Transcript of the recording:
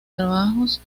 trabajos